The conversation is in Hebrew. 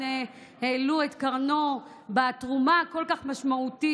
העלו את קרנו בתרומה הכל-כך משמעותית.